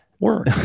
work